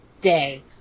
day